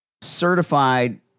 certified